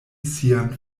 sian